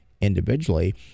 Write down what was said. individually